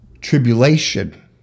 tribulation